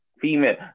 Female